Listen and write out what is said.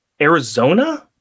Arizona